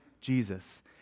Jesus